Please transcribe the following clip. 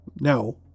Now